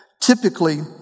Typically